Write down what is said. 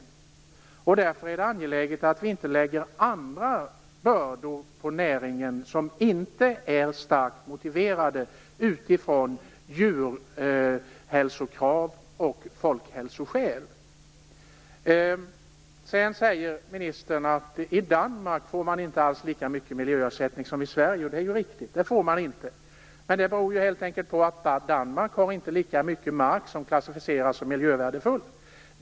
Det är därför angeläget att vi på näringen inte lägger andra bördor, som inte är starkt motiverade utifrån djurhälsokrav och av folkhälsoskäl. Ministern säger att man i Danmark inte alls får lika mycket i miljöersättning som i Sverige, och det är riktigt. Det beror dock helt enkelt på att Danmark inte har lika mycket mark som klassificeras som miljövärdefull.